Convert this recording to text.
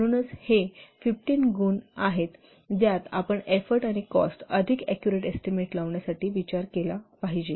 म्हणूनच हे 15 गुण आहेत ज्यात आपण एफोर्ट आणि कॉस्ट अधिक ऍक्युरेट एस्टीमेट लावण्यासाठी विचार केला पाहिजे